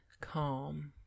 calm